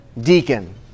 deacon